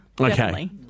Okay